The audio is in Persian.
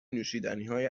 نوشیدنیهای